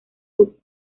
sub